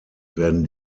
werden